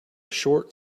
short